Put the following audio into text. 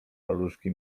paluszki